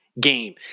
game